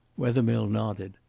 wethermill nodded.